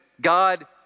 God